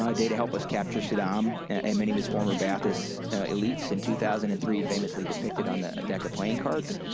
um data helped us capture saddam and many of his former ba'athist elites in two thousand and three famously depicted on a deck of playing cards,